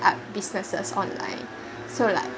up business on like so like